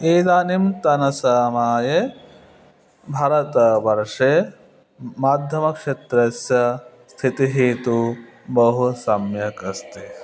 इदानीन्तनसमये भारतवर्षे माध्यमक्षेत्रस्य स्थितिः तु बहु सम्यक् अस्ति